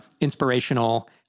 inspirational